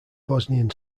bosnian